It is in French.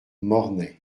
mornay